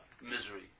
misery